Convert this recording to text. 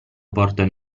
portano